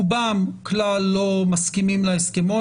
רובם כלל לא מסכימים להסכמון,